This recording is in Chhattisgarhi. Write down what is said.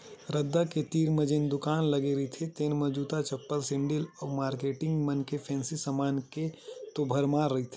रद्दा के तीर म जेन दुकान लगे रहिथे तेन म जूता, चप्पल, सेंडिल अउ मारकेटिंग मन के फेंसी समान के तो भरमार रहिथे